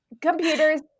computers